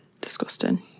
Disgusting